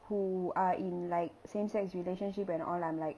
who are in like same sex relationship and all I'm like